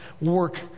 work